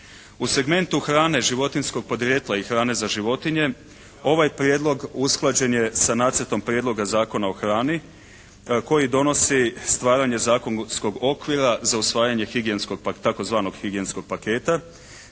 U segmentu hrane životinjskog porijekla i hrane za životinje ovaj prijedlog usklađen je sa Nacrtom prijedloga zakona o hrani koji donosi stvaranje zakonskog okvira za usvajanje higijenskog, tzv. higijenskog paketa.